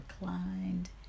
reclined